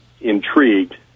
intrigued